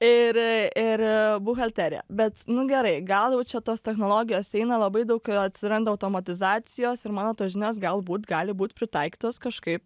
ir ir buhalterija bet nu gerai gal jau čia tos technologijos eina labai daug atsiranda automatizacijos ir mano tos žinios galbūt gali būt pritaikytos kažkaip